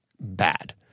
bad